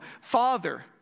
father